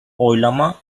oylama